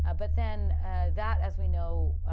ah but then that, as we know.